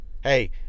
hey